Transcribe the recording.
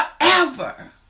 forever